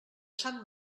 sant